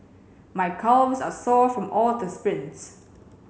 my calves are sore from all the sprints